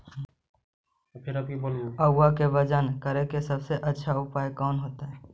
आलुआ के वजन करेके सबसे अच्छा उपाय कौन होतई?